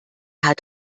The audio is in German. hat